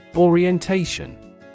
Orientation